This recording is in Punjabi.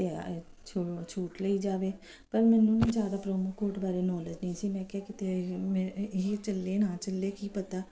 ਅਤੇ ਛੋ ਛੂਟ ਲਈ ਜਾਵੇ ਪਰ ਮੈਨੂੰ ਨਾ ਜ਼ਿਆਦਾ ਪ੍ਰੋਮੋ ਕੋਡ ਬਾਰੇ ਨੌਲੇਜ ਨਹੀਂ ਸੀ ਮੈਂ ਕਿਹਾ ਕਿਤੇ ਇਹ ਮੇਰੇ ਯੇ ਚੱਲੇ ਨਾ ਚੱਲੇ ਕੀ ਪਤਾ